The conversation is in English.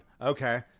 Okay